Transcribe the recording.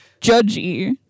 judgy